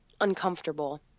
uncomfortable